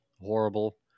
horrible